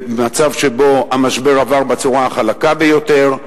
במצב שבו המשבר עבר בצורה החלקה ביותר.